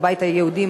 הבית היהודי,